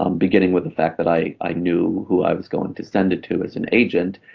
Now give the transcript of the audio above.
um beginning with the fact that i i knew who i was going to stand to as an agent